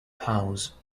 house